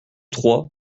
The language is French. trois